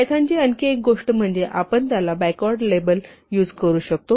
पायथॉनची आणखी एक गोष्ट म्हणजे आपण त्याला बॅकवर्ड लेबल करू शकतो